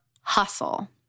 hustle